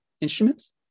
Instruments